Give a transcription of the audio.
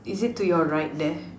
is it to your right there